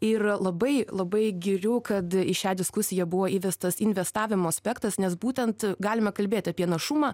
ir labai labai giriu kad į šią diskusiją buvo įvestas investavimo aspektas nes būtent galime kalbėti apie našumą